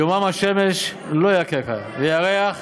יומם השמש לא יַכֶּכָּה, וירח בלילה."